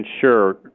sure